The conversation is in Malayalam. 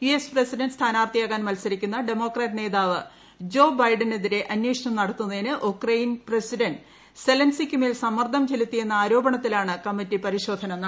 യു എസ് പ്രസിഡന്റ് സ്ഥാനാർത്ഥിയാകാൻ മത്സരിക്കുന്ന ഡ്മോക്രാറ്റ് നേതാവ് ജോ ബൈഡണെതിരെ അന്വേഷണം നടത്തുന്നതിന് ഉക്രൈയിൻ പ്രസിഡന്റ് സെലൻസിക്കുമേൽ സമ്മർദ്ദംച്ചെലുത്തിയെന്ന ആരോപണത്തിലാണ് കമ്മിറ്റി പരിശോധന നടത്തിയ്ത്